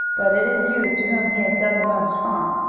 but it is you to whom he has done the most harm.